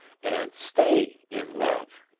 and stay in love.